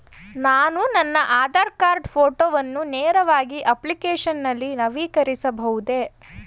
ನಾನು ನನ್ನ ಆಧಾರ್ ಕಾರ್ಡ್ ಫೋಟೋವನ್ನು ನೇರವಾಗಿ ಅಪ್ಲಿಕೇಶನ್ ನಲ್ಲಿ ನವೀಕರಿಸಬಹುದೇ?